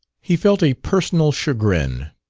he felt a personal chagrin.